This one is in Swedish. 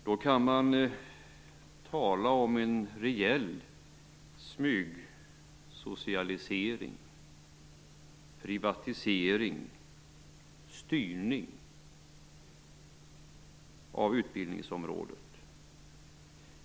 Då kan man tala om en rejäl smygsocialisering och styrning av utbildningsområdet.